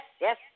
yes